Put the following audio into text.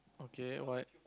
okay what